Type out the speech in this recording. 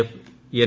F N